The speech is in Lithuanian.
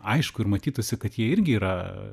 aišku ir matytųsi kad jie irgi yra